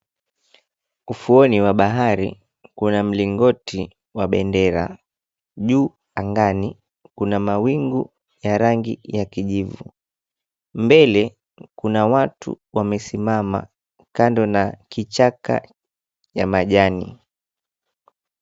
Ufuoni wa bahari kuna mlingoti wa bendera. Juu angani kuna mawingu ya rangi ya kijivu. Mbele kuna watu wamesimama kando na kichaka ya majani.